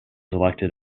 elected